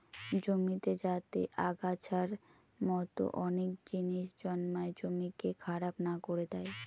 জমিতে যাতে আগাছার মতো অনেক জিনিস জন্মায় জমিকে খারাপ না করে